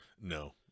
No